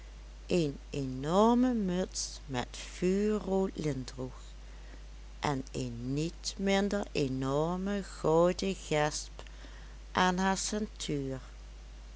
een enorme muts met vuurrood lint droeg en een niet minder enorme gouden gesp aan haar